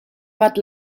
bat